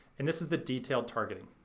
and this is the detailed targeting.